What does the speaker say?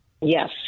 Yes